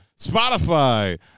Spotify